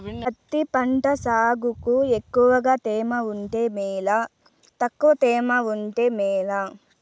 పత్తి పంట సాగుకు ఎక్కువగా తేమ ఉంటే మేలా తక్కువ తేమ ఉంటే మేలా?